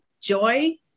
joy